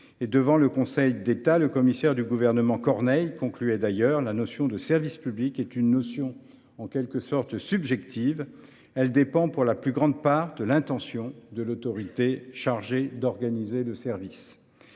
Devant le Conseil d’État, Corneille, commissaire du gouvernement, concluait d’ailleurs :« La notion de service public est une notion en quelque sorte subjective ; elle dépend, pour la plus grande part, de l’intention de l’autorité chargée d’organiser le service.